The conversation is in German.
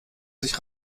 sich